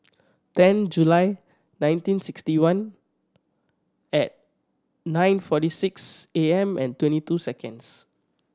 ten July nineteen sixty one at nine forty six A M and twenty two seconds